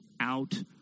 out